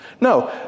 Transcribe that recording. No